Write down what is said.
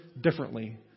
differently